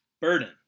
Burden